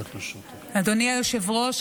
אדוני היושב-ראש,